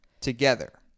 together